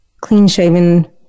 clean-shaven